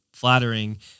flattering